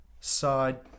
side